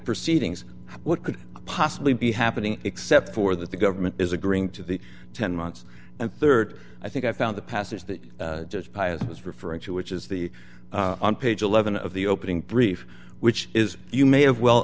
proceedings what could possibly be happening except for that the government is agreeing to the ten months and rd i think i found the passage that you just pius was referring to which is the on page eleven of the opening brief which is you may have well